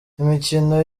imikino